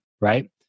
right